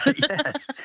yes